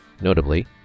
notably